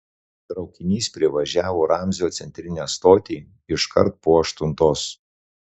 traukinys privažiavo ramzio centrinę stotį iškart po aštuntos